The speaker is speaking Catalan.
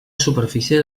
superfície